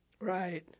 Right